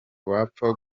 wapfa